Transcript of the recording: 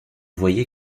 voyez